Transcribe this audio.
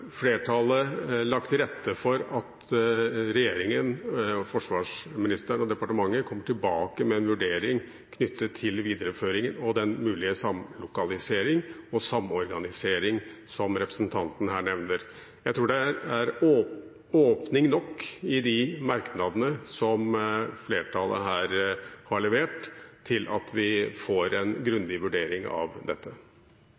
flertallet lagt til rette for at regjeringen, forsvarsministeren og departementet kommer tilbake med en vurdering knyttet til videreføringen og den mulige samlokaliseringen og samorganiseringen som representanten her nevner. Jeg tror det er åpning nok i de merknadene som flertallet har levert, til at vi får en